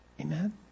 Amen